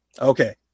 okay